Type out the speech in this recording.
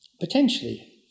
Potentially